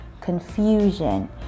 confusion